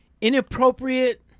inappropriate